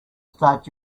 start